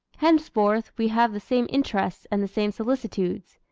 henceforth we have the same interests and the same solicitudes.